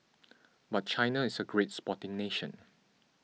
but China is a great sporting nation